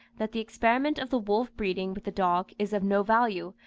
that the experiment of the wolf breeding with the dog is of no value,